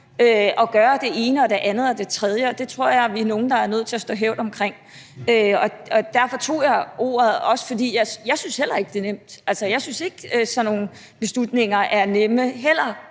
at gøre det ene, det andet og det tredje. Det tror jeg vi er nogle der bliver nødt til at holde i hævd. Derfor tog jeg ordet. Jeg synes heller ikke, det er nemt. Jeg synes ikke, at sådan nogle beslutninger er nemme, selv